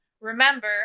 Remember